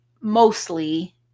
mostly